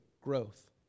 growth